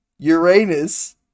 Uranus